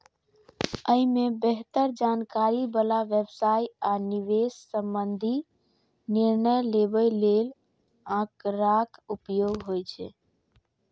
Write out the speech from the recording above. अय मे बेहतर जानकारी बला व्यवसाय आ निवेश संबंधी निर्णय लेबय लेल आंकड़ाक उपयोग होइ छै